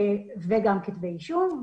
וגם כתבי אישום.